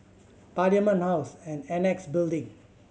Parliament House and Annexe Building